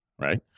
right